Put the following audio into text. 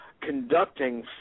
conducting